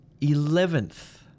Eleventh